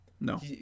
No